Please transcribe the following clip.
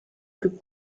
plus